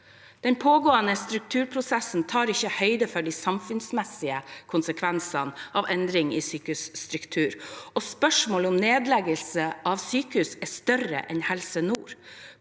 Den pågående strukturprosessen tar ikke høyde for de samfunnsmessige konsekvensene av endringer i sykehusstrukturen. Spørsmålet om nedleggelse av sykehus er større enn Helse Nord